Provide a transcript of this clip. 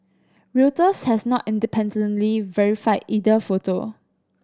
Reuters has not independently verified either photo